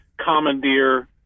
commandeer